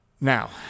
now